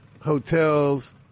Hotels